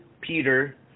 Peter